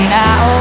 now